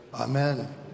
Amen